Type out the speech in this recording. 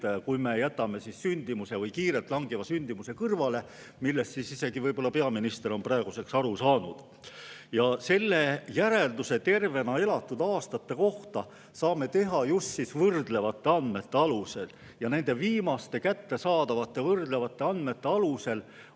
kui me jätame sündimuse, kiirelt langeva sündimuse kõrvale, millest võib-olla isegi peaminister on praeguseks aru saanud. Ja selle järelduse tervena elatud aastate kohta saame teha just võrdlevate andmete alusel. Nende viimaste kättesaadavate võrdlevate andmete alusel